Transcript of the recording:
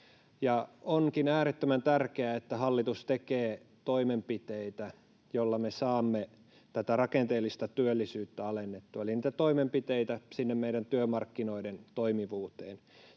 onkin äärettömän tärkeää, että hallitus tekee toimenpiteitä, joilla me saamme tätä rakenteellista työllisyyttä alennettua, eli niitä toimenpiteitä sinne meidän työmarkkinoiden toimivuuteen.